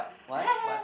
what what